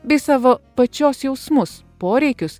bei savo pačios jausmus poreikius